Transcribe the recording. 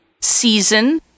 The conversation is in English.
season